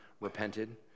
repented